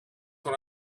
what